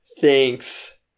Thanks